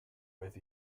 with